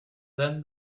then